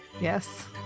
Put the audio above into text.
Yes